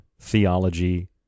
theology